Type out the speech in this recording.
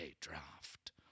draft